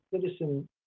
citizen